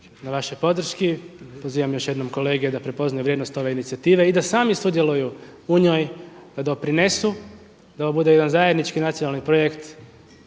na vašoj podrški, pozivam još jednom kolege da prepoznaju vrijednost ove inicijative i da sami sudjeluju u njoj i da doprinesu da ovo bude jedan zajednički nacionalni projekt